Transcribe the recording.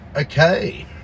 Okay